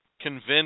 convinced